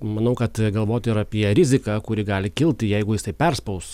manau kad galvoti ir apie riziką kuri gali kilt jeigu jisai perspaus